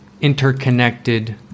interconnected